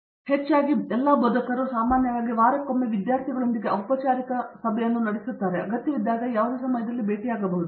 ಅದಕ್ಕಿಂತ ಹೆಚ್ಚಾಗಿ ಎಲ್ಲ ಬೋಧಕರು ಸಾಮಾನ್ಯವಾಗಿ ವಾರಕ್ಕೊಮ್ಮೆ ವಿದ್ಯಾರ್ಥಿಗಳೊಂದಿಗೆ ಔಪಚಾರಿಕ ಸಭೆಯನ್ನು ನಡೆಸುತ್ತಾರೆ ಇತರರು ಅಗತ್ಯವಿದ್ದಾಗ ಅವರು ಯಾವುದೇ ಸಮಯದಲ್ಲಿ ಅವರನ್ನು ಭೇಟಿಯಾಗಬಹುದು